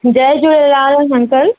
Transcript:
Jay Jhulelal uncle